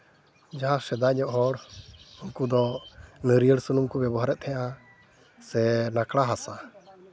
ᱡᱟᱦᱟᱸᱭ ᱥᱮᱫᱟᱭ ᱧᱚᱜ ᱦᱚᱲ ᱩᱱᱠᱩ ᱫᱚ ᱱᱟᱹᱲᱭᱟᱹᱨ ᱥᱩᱱᱩᱠ ᱠᱚ ᱵᱮᱵᱚᱦᱟᱨᱮᱫ ᱛᱟᱦᱮᱱᱟ ᱥᱮ ᱱᱟᱲᱠᱟ ᱦᱟᱥᱟ